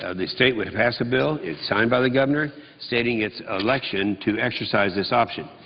ah the state would pass the bill, it's signed by the governor stating its election to exercise this option.